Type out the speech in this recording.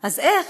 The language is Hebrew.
אז איך,